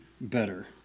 better